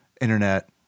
internet